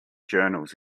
journals